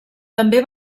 també